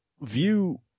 view